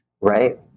Right